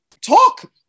talk